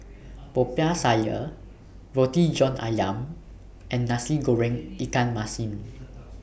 Popiah Sayur Roti John Ayam and Nasi Goreng Ikan Masin